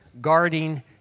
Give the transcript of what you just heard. guarding